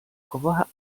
گواه